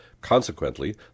Consequently